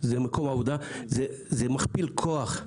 זה מקום עבודה, זה מכפיל כוח.